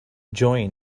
join